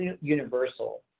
universal